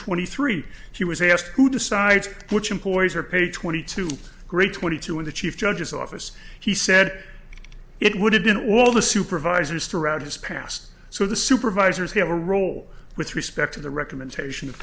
twenty three she was asked who decides which employees are paid twenty two great twenty two in the chief judge's office he said it would have been all the supervisors throughout his past so the supervisors have a role with respect to the recommendation of